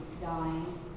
dying